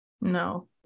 No